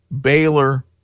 Baylor